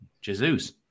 jesus